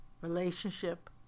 relationship